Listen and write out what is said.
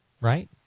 right